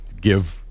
give